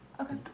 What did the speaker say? Okay